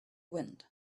wind